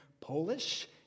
Polish